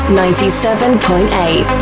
97.8